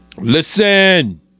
Listen